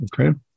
Okay